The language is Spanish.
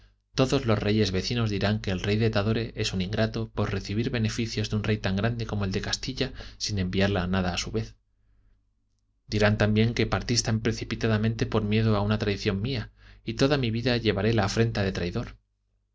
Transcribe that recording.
todos los reyes vecinos dirán que el rey de tadore es un ingrato por recibir beneficios de un rey tan grande como el de castilla sin enviarle nada a su vez dirán también que partís tan precipitadamente por miedo a una traición mía y toda mi vida llevaré la afrenta de traidor